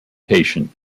patient